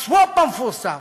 ה-swap המפורסם,